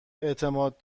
اعتماد